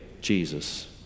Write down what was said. Jesus